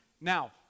now